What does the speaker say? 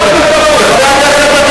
חבר הכנסת חנין.